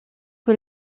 que